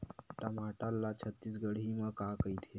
टमाटर ला छत्तीसगढ़ी मा का कइथे?